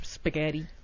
Spaghetti